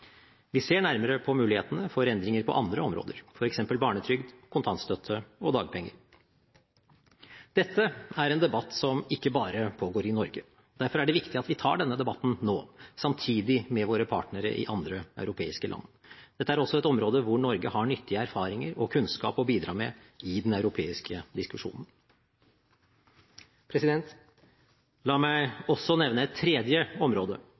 Vi ser nærmere på mulighetene for endringer på andre områder, f.eks. barnetrygd, kontantstøtte og dagpenger. Dette er en debatt som ikke bare pågår i Norge. Derfor er det viktig at vi tar denne debatten nå – samtidig med våre partnere i andre europeiske land. Dette er også et område hvor Norge har nyttige erfaringer og kunnskap å bidra med i den europeiske diskusjonen. La meg også nevne et tredje område